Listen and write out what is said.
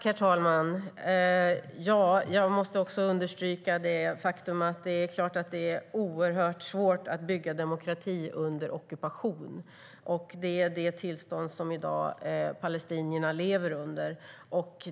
Herr talman! Jag måste understryka det faktum att det självklart är oerhört svårt att bygga demokrati under ockupation. Detta är det tillstånd som palestinierna i dag lever under.